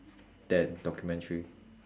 than documentary